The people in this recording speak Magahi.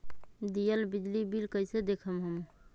दियल बिजली बिल कइसे देखम हम?